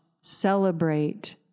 celebrate